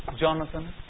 Jonathan